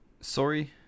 sorry